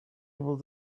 able